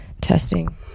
Testing